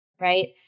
right